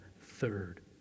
third